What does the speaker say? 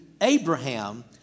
Abraham